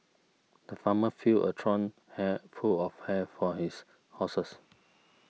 the farmer filled a trough hay full of hay for his horses